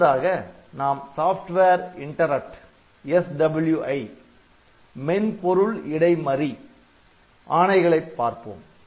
அடுத்ததாக நாம் software interrupt software interrupt SWI மென்பொருள் இடைமறி ஆணைகளைப் பார்ப்போம்